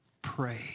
Pray